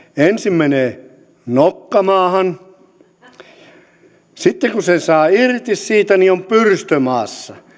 ensin menee nokka maahan ja sitten kun sen saa irti siitä niin on pyrstö maassa